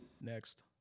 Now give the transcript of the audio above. Next